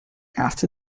after